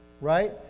Right